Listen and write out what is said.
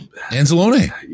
Anzalone